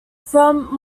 from